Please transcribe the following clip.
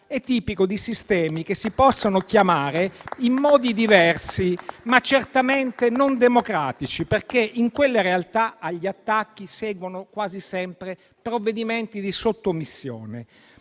è tipico di sistemi che si possono chiamare in modi diversi, ma certamente non democratici, perché in quelle realtà agli attacchi seguono quasi sempre provvedimenti di sottomissione.